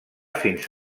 fins